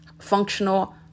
functional